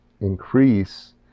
increase